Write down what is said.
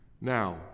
Now